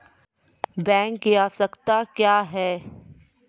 Bank की आवश्यकता क्या हैं?